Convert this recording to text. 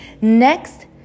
Next